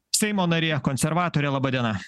seimo narė konservatorė laba diena